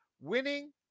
winning